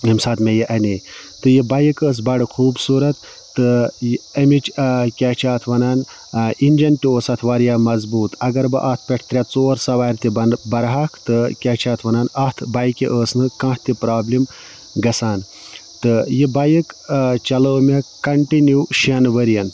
ییٚمہِ ساتہٕ مےٚ یہِ اَنے تہٕ یہِ بایِک ٲس بَڑٕ خوٗبصوٗرَت تہٕ یہِ أمِچ کیٛاہ چھِ اَتھ وَنان اِنجَن تہِ اوس اَتھ واریاہ مضبوٗط اگر بہٕ اَتھ پٮ۪ٹھ ترٛےٚ ژور سَوارِ تہِ بَنہٕ بَرٕہَکھ تہٕ کیٛاہ چھِ اَتھ وَنان اَتھ بایِکہِ ٲس نہٕ کانٛہہ تہِ پرٛابلِم گژھان تہٕ یہِ بایِک چلٲو مےٚ کَنٹِنیوٗ شٮ۪ن ؤرِیَن